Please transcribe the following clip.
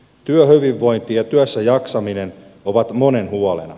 työhyvinvointi ja työssäjaksaminen ovat monen huolena